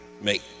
make